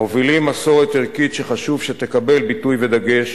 מובילים מסורת ערכית שחשוב שתקבל ביטוי ודגש,